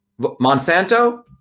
Monsanto